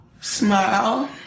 smile